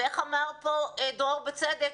ואיך אמר פה דרור בצדק?